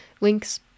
links